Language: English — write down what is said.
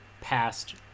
past